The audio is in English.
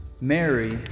Mary